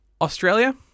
australia